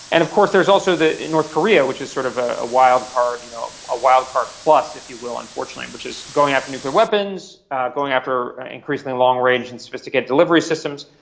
and of course there's also north korea which is sort of ah a wild card, you know a wildcard-plus, if you will, unfortunately, which is going after nuclear weapons, going after increasingly long range and sophisticated delivery systems.